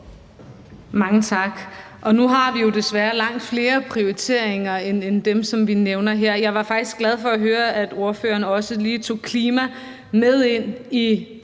Mange tak. Nu har vi jo desværre langt flere prioriteringer end dem, som vi nævner her. Jeg er faktisk glad for at høre, at ordføreren også lige tog klima med ind i